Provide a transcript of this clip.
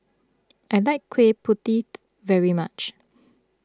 I like Kui Putih very much